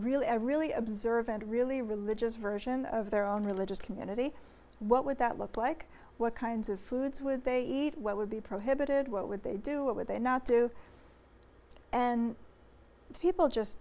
really really observant really religious version of their own religious community what would that look like what kinds of foods would they eat what would be prohibited what would they do what would they not do and people just